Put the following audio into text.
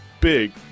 big